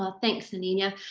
ah thanks, aninia.